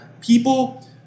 people